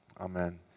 amen